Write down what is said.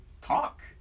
talk